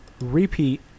repeat